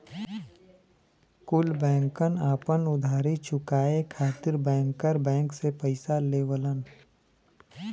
कुल बैंकन आपन उधारी चुकाये खातिर बैंकर बैंक से पइसा लेवलन